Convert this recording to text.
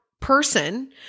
person